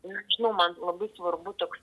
nežinau man labai svarbu toks